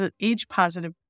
age-positive